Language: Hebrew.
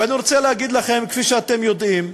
ואני רוצה להגיד לכם, כפי שאתם יודעים: